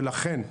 ולכן,